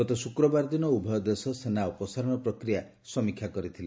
ଗତ ଶୁକ୍ରବାର ଦିନ ଉଭୟ ଦେଶ ସେନା ଅପସାରଣ ପ୍ରକ୍ରିୟା ସମୀକ୍ଷା କରିଥିଲେ